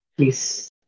Please